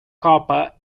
copper